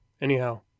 Anyhow